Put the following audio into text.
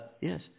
Yes